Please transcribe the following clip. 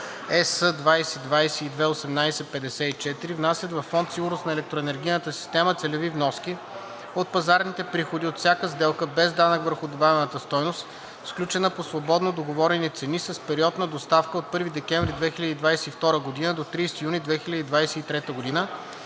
2022/1854, внасят във Фонд „Сигурност на електроенергийната система“ целеви вноски от пазарните приходи от всяка сделка без данък върху добавената стойност, сключена по свободно договорени цени с период на доставка от 1 декември 2022 г. до 30 юни 2023 г.,